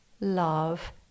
love